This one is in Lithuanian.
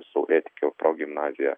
saulėtekio progimnazija